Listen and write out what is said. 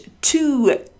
two